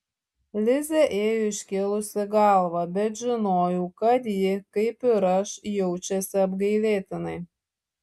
lizė ėjo iškėlusi galvą bet žinojau kad ji kaip ir aš jaučiasi apgailėtinai